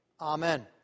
Amen